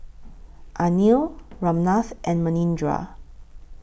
Anil Ramnath and Manindra